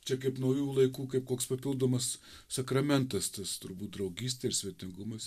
čia kaip naujų laikų kaip koks papildomas sakramentas tas turbūt draugystė ir svetingumas